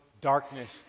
darkness